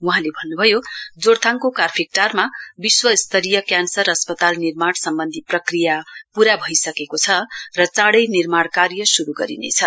वहाँले भन्नुभयो जोरथाङको कार्फेकटारमा विश्व स्तरीय क्यान्सर अस्पताल निर्माण सम्वन्धी प्रक्रिया पूरा भइसकेको छ र चाँडै निर्माण कार्य शुरू गरिनेछ